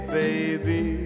baby